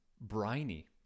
briny